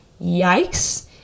yikes